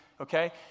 Okay